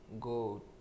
go